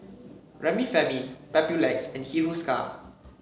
Remifemin Papulex and Hiruscar